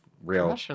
real